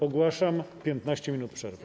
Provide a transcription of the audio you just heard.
Ogłaszam 15 minut przerwy.